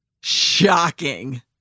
shocking